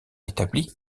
établi